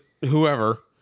whoever